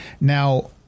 Now